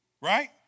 Right